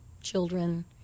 children